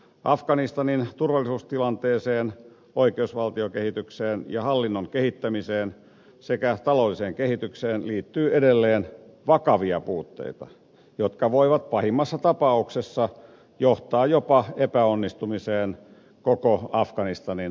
afganistanin turvallisuustilanteeseen oikeusvaltiokehitykseen ja hallinnon kehittämiseen sekä taloudelliseen kehitykseen liittyy edelleen vakavia puutteita jotka voivat pahimmassa tapauksessa johtaa jopa epäonnistumiseen koko afganistanin vakauttamisessa